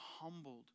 humbled